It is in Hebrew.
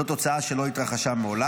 זאת תוצאה שלא התרחשה מעולם.